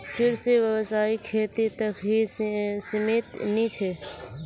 कृषि व्यवसाय खेती तक ही सीमित नी छे